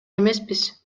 эмеспиз